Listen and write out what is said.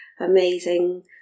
amazing